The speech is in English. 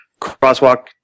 Crosswalk